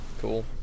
Cool